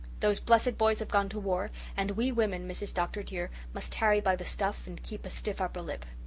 those blessed boys have gone to war and we women, mrs. dr. dear, must tarry by the stuff and keep a stiff upper lip.